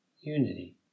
unity